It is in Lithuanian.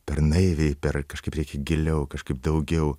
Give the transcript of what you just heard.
per naiviai per kažkaip reikia giliau kažkaip daugiau